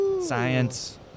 Science